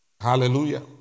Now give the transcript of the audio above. Hallelujah